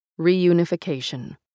Reunification